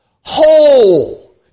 whole